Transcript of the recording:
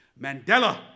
Mandela